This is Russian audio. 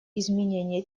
изменения